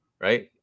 right